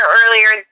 earlier